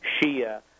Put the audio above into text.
Shia